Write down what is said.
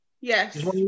Yes